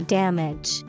damage